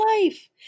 life